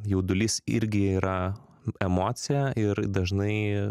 jaudulys irgi yra emocija ir dažnai